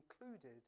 included